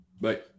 Bye